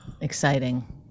Exciting